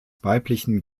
weiblichen